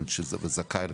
וזכאי.